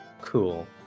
Cool